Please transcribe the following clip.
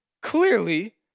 clearly